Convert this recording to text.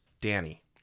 danny